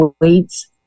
weights